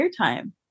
airtime